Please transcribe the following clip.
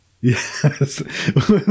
Yes